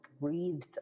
breathed